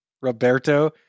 Roberto